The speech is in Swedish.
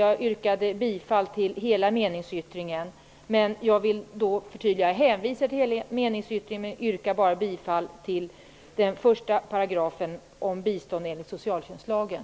Jag hänvisar till meningsyttringen men yrkar bifall till densamma bara vad gäller mom. 1 beträffande bistånd enligt socialtjänstlagen.